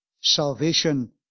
Salvation